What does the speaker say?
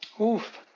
Oof